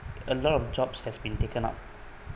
a lot of jobs has been taken up